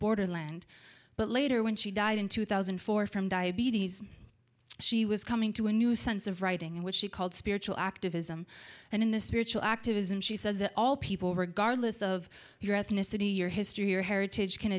border land but later when she died in two thousand and four from diabetes she was coming to a new sense of writing in which she called spiritual activism and in this spiritual activism she says that all people regardless of your ethnicity your history your heritage can